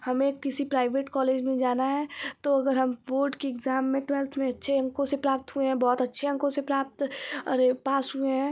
हमें किसी private college में जाना है तो अगर हम बोर्ड के इग्ज़ाम में ट्वेल्थ में अच्छे अंकों से प्राप्त हुए हैं बहुत अच्छे अंकों से प्राप्त अरे पास हुए हैं